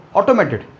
Automated